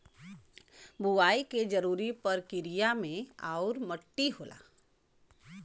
बुवाई के जरूरी परकिरिया में बीज आउर मट्टी होला